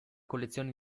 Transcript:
collezione